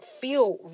feel